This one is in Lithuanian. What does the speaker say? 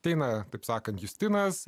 tai na taip sakant justinas